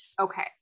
Okay